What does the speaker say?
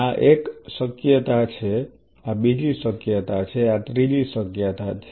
આ એક શક્યતા છે આ બીજી શક્યતા છે આ ત્રીજી શક્યતા છે